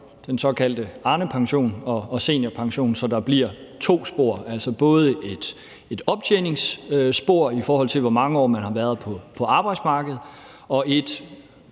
den såkaldte Arnepension og seniorpensionen, så der bliver to spor, altså både et optjeningsspor, i forhold til hvor mange år man har været på arbejdsmarkedet, og et